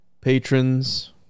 patrons